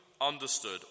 understood